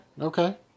okay